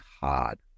hard